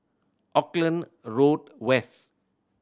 Auckland Road West